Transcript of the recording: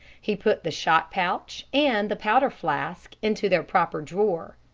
he put the shot-pouch and the powder-flask into their proper drawer.